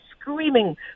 screaming